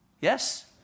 Yes